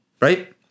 right